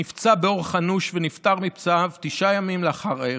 נפצע באורח אנוש ונפטר מפצעיו תשעה ימים לאחר האירוע.